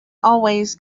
always